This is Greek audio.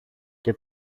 και